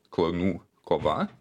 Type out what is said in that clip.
klanų kova